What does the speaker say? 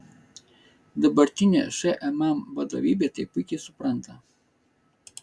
dabartinė šmm vadovybė tai puikiai supranta